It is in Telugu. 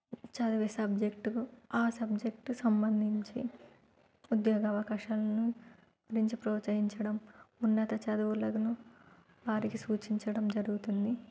చదివే సబ్జెక్ట్లో ఆ సబ్జెక్టు సంబంధించి ఉద్యోగ అవకాశాలను గురించి ప్రోత్సహించడం ఉన్నత చదువులను వారికి సూచించడం జరుగుతుంది